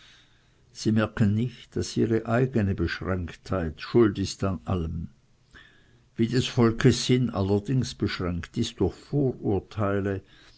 sie merken nicht daß ihre eigene beschränktheit schuld ist an allem wie des volkes sinn allerdings beschränkt ist durch vorurteile